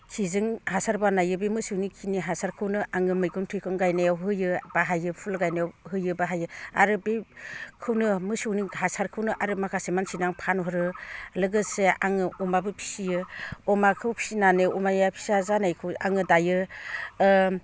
खिजों हासार बानायो बे मोसौनि खिनि हासारखौनो आङो मैगं थाइगं गायनायाव होयो बाहायो फुल गायनायाव होयो बाहायो आरो बेखौनो मोसौनि हासारखौनो आरो माखासे मानसिनो आं फानहरो लोगोसे आङो अमाबो फिसियो अमाखौ फिसिनानै अमाया फिसा जानायखौ आङो दायो